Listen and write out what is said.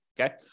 okay